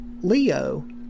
Leo